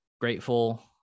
grateful